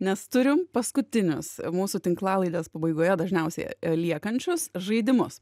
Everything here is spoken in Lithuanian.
nes turim paskutinius mūsų tinklalaidės pabaigoje dažniausiai liekančius žaidimus